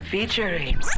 Featuring